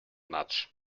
much